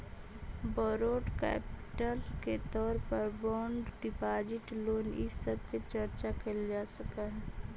borrowed capital के तौर पर बॉन्ड डिपाजिट लोन इ सब के चर्चा कैल जा सकऽ हई